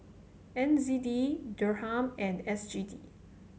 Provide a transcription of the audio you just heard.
N Z D Dirham and S G D